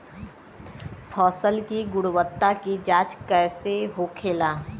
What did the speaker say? फसल की गुणवत्ता की जांच कैसे होखेला?